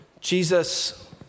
Jesus